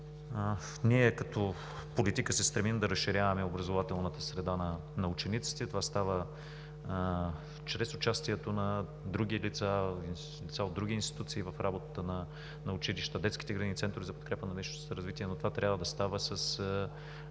Като политика ние се стремим да разширяваме образователната среда на учениците. Това става чрез участието на други лица от други институции в работата на училищата, детските градини и центровете за подкрепа на личностното развитие. Това трябва да става на